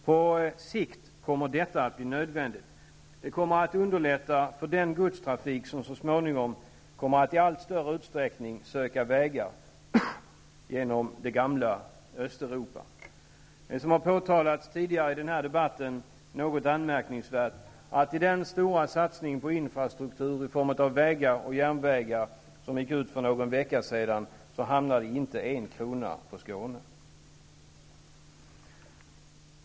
På sikt kommer detta att bli nödvändigt. Det kommer att underlätta för den godstrafik som så småningom i allt större utsträckning kommer att söka vägar genom det gamla Östeuropa. Tidigare i debatten har påtalats det anmärkningsvärda i, att i den stora satsning på infrastruktur i form av vägar och järnvägar som presenterades för någon vecka sedan gick inte en krona till Skåne.